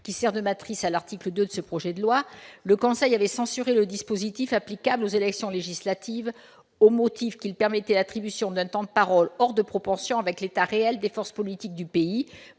qui est la matrice de l'article 2 de ce projet de loi, le Conseil constitutionnel a censuré le dispositif applicable aux élections législatives, au motif qu'il permettait une répartition du temps de parole « hors de proportion » avec l'état réel des forces politiques du pays,